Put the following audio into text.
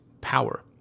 power